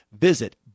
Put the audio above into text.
visit